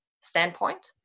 standpoint